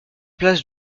place